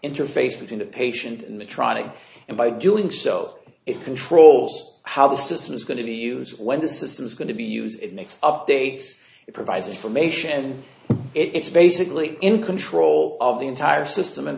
interface between the patient and the trying and by doing so it controls how the system is going to be used when the system is going to be used next updates it provides information it's basically in control of the entire system and